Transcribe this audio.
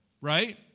right